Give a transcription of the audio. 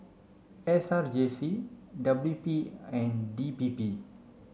S R J C W P and D P P